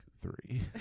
three